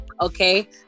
okay